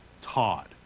Todd